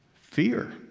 fear